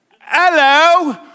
Hello